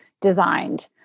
designed